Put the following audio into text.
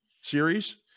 series